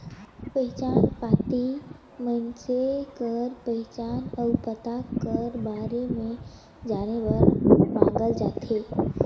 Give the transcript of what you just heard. पहिचान पाती मइनसे कर पहिचान अउ पता कर बारे में जाने बर मांगल जाथे